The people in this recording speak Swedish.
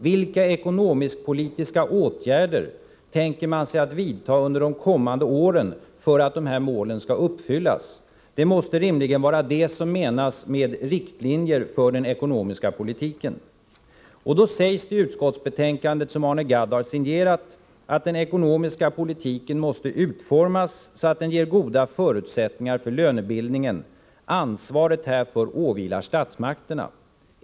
Vilka ekonomisk-politiska åtgärder tänker man sig att vidta under de kommande åren för att de här målen skall uppfyllas? Det måste rimligen vara det som menas med riktlinjer för den ekonomiska politiken. Då sägs det i utskottsbetänkandet, som Arne Gadd har signerat, att den ekonomiska politiken måste utformas så att den ger goda förutsättningar för lönebildningen och att ansvaret härför åvilar statsmakterna.